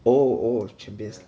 oh oh champions league